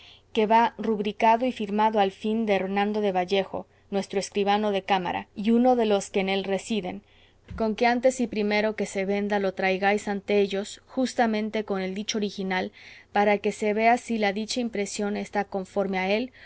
que va rubricado y firmado al fin de hernando de vallejo nuestro escribano de cámara y uno de los que en él residen con que antes y primero que se venda lo traigáis ante ellos juntamente con el dicho original para que se vea si la dicha impresión está conforme a él